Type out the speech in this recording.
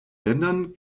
ländern